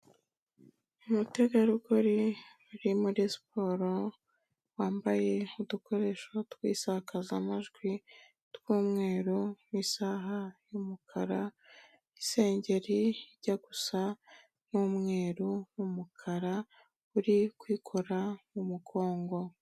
Ni umutegarugori uri muri siporo wambaye udukoresho tw'isakazamajwi tw'umweru, isaha y'umukara, isengeri ijya gusa n'umweru n'umukara, uri kwikora mu mugongo.